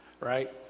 right